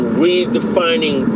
redefining